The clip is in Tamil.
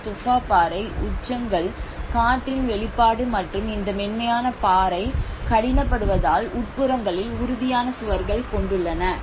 இந்த துஃபா பாறை உச்சங்கள் காற்றின் வெளிப்பாடு மற்றும் இந்த மென்மையான பாறை கடினப்படுத்துவதால் உட்புறங்களில் உறுதியான சுவர்கள் கொண்டுள்ளன